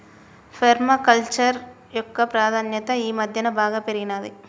పేర్మ culture యొక్క ప్రాధాన్యత ఈ మధ్యన బాగా పెరిగినాది